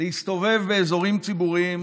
להסתובב באזורים ציבוריים